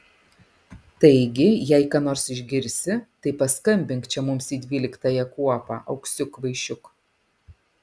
taigi jei ką nors išgirsi tai paskambink čia mums į dvyliktąją kuopą auksiuk kvaišiuk